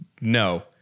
No